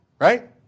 right